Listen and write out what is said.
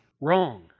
wrong